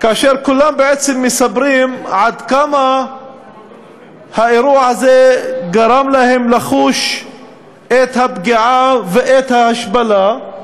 וכולם בעצם מספרים עד כמה האירוע הזה גרם להם לחוש פגיעה והשפלה,